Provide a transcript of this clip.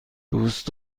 دوست